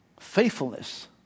Faithfulness